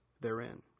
therein